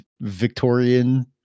Victorian